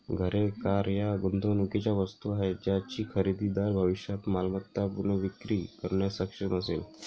घरे, कार या गुंतवणुकीच्या वस्तू आहेत ज्याची खरेदीदार भविष्यात मालमत्ता पुनर्विक्री करण्यास सक्षम असेल